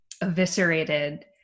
eviscerated